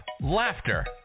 laughter